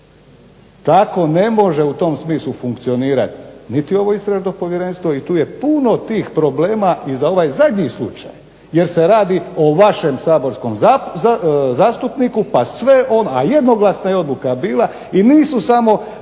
Tako ne može u tom smislu funkcionirati niti ovo istražno povjerenstvo i tu je puno tih problema i za ovaj zadnji slučaj, jer se radi o vašem saborskom zastupniku pa sve, a jednoglasna odluka je bila. I nisu samo